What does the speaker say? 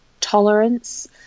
tolerance